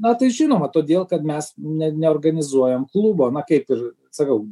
na tai žinoma todėl kad mes ne neorganizuojam klubo na kaip ir sakau